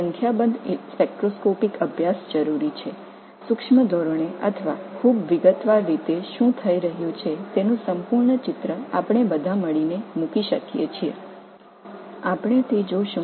நிச்சயமாக பல ஸ்பெக்ட்ரோஸ்கோபிக் ஆய்வுகள் தேவை என்ன நடக்கிறது என்பதை அறிய அனைவரின் பங்களிப்பும் வேண்டும்